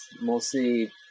mostly